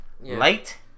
Light